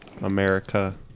America